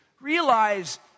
Realize